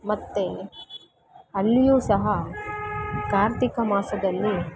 ಮತ್ತು ಅಲ್ಲಿಯೂ ಸಹ ಕಾರ್ತಿಕ ಮಾಸದಲ್ಲಿ